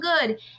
good